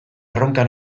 erronka